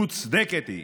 מוצדקת היא.